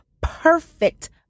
perfect